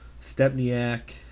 Stepniak